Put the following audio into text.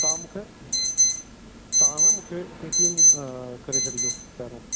तव्हां मूंखे तव्हा न मूंखे पेटीएम अ करे छॾिजो पहिरियों